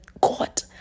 God